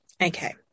okay